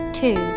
two